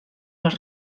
les